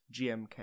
gmk